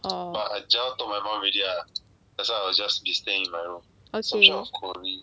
a job as ours as distinct as usual